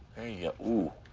ya' ooh.